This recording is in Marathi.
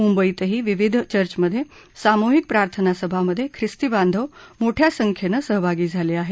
मुंबईतही विविध चर्चमधे सामुहिक प्रार्थनासभांमधे खिस्ती बांधव मोठया संख्येनं सहभागी झाले आहेत